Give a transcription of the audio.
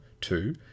two